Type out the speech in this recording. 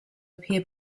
appear